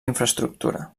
infraestructura